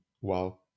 Wow